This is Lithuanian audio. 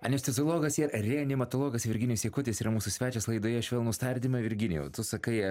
anesteziologas reanimatologas virginijus jakutis yra mūsų svečias laidoje švelnūs tardymai virginijau tu sakai